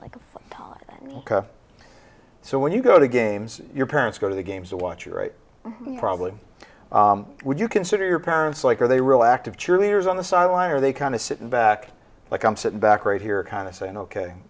tiger so when you go to games your parents go to the games to watch you right probably would you consider your parents like are they real active cheerleaders on the sideline or they kind of sitting back like i'm sitting back right here kind of saying ok